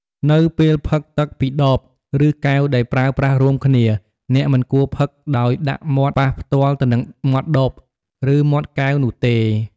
នៅពេលផឹកទឹកពីដប ឬកែវដែលប្រើប្រាស់រួមគ្នា អ្នកមិនគួរផឹកដោយដាក់មាត់ប៉ះផ្ទាល់ទៅនឹងមាត់ដប ឬមាត់កែវនោះទេ។